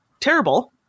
terrible